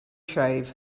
shave